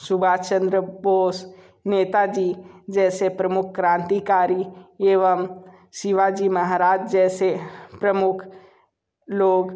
सुभाष चंद्र बोस नेता जी जैसे प्रमुख क्रांतिकारी एवं शिवाजी महाराज जैसे प्रमुख लोग